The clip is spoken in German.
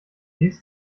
dies